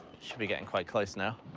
should be getting quite close now.